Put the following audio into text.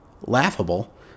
Laughable